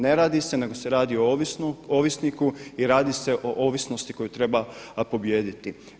Ne radi se nego se radi o ovisniku i radi se o ovisnosti koju treba pobijediti.